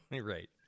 Right